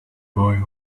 boy